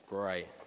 Great